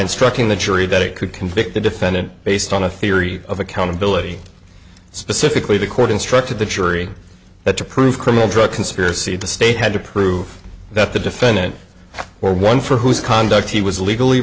instructing the jury that it could convict the defendant based on a theory of accountability specifically the court instructed the jury that to prove criminal drug conspiracy the state had to prove that the defendant or one for whose conduct he was legally